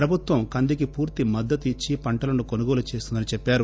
ప్రభుత్వం కందికి పూర్తి మద్దతు ఇచ్చి పంటలను కొనుగోలు చేస్తుందని చెప్పారు